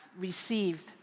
received